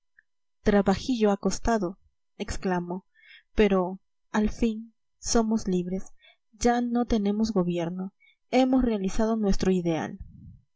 trabajillo ha costado exclamo pero al fin somos libres ya no tenemos gobierno hemos realizado nuestro ideal